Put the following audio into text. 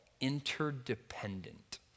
interdependent